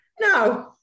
No